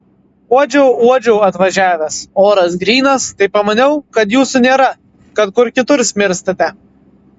uodžiau uodžiau atvažiavęs oras grynas tai pamaniau kad jūsų nėra kad kur kitur smirstate